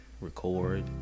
record